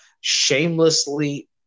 shamelessly